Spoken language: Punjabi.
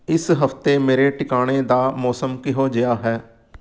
ਇਸ ਹਫ਼ਤੇ ਮੇਰੇ ਟਿਕਾਣੇ ਦਾ ਮੌਸਮ ਕਿਹੋ ਜਿਹਾ ਹੈ